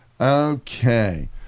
Okay